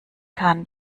kann